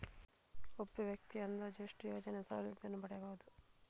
ಒಬ್ಬ ವ್ಯಕ್ತಿಯು ಅಂದಾಜು ಎಷ್ಟು ಯೋಜನೆಯ ಸೌಲಭ್ಯವನ್ನು ಪಡೆಯಬಹುದು?